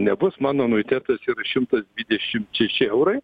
nebus mano anuitetas šimtas dvidešimt šeši eurai